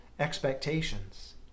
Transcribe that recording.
expectations